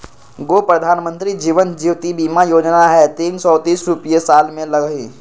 गो प्रधानमंत्री जीवन ज्योति बीमा योजना है तीन सौ तीस रुपए साल में लगहई?